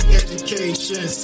education